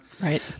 Right